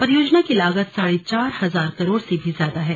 परियोजना की लागत साढ़े चार हजार करोड़ से भी ज्यादा है